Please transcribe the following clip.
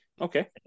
Okay